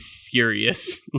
furious